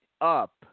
up